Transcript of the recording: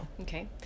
Okay